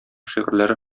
шигырьләре